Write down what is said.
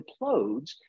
implodes